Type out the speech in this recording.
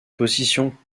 positions